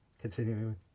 Continuing